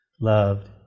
loved